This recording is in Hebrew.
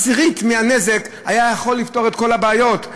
עשירית מהנזק הייתה יכולה לפתור את כל הבעיות,